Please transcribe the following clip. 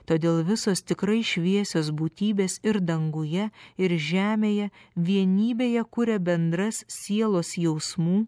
todėl visos tikrai šviesios būtybės ir danguje ir žemėje vienybėje kuria bendras sielos jausmų